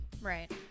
Right